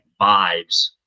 vibes